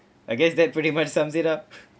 I guess that pretty much sums it up